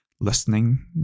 listening